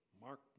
Mark